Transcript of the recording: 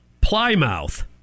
Plymouth